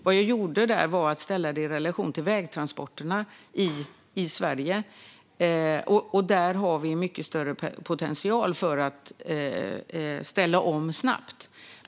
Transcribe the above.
Det jag gjorde var att ställa detta i relation till vägtransporterna i Sverige. Där har vi mycket större potential för att ställa om snabbt.